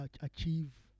achieve